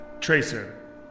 Tracer